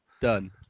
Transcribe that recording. Done